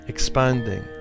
Expanding